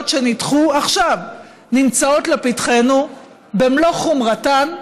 שנדחו עכשיו נמצאות לפתחנו במלוא חומרתן,